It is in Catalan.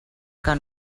que